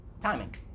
Timing